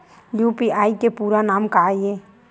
UPI के पूरा नाम का ये?